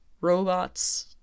robots